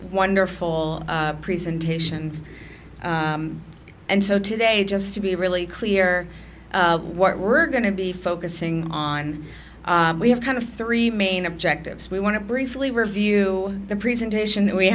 wonderful presentation and so today just to be really clear what we're going to be focusing on we have kind of three main objectives we want to briefly review the presentation that we